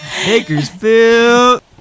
bakersfield